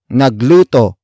nagluto